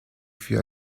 fut